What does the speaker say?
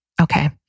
Okay